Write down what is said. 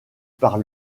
par